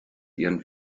ihren